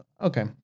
Okay